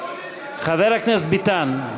חבר הכנסת ביטן,